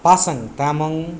Pasang Tamang